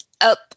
up